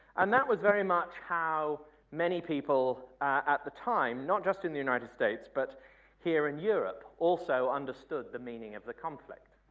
and that was very much how many people at the time, not just in the united states but here in europe also understood the meaning of the conflict.